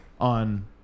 on